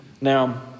Now